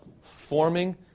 forming